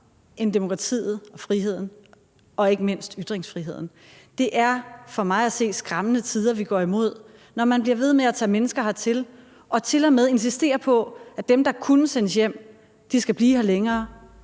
end demokratiet og friheden og ikke mindst ytringsfriheden. Det er for mig at se skræmmende tider, vi går imod, når man bliver ved med at tage mennesker hertil og tilmed insistere på, at dem, der kunne sendes hjem, skal blive her længere,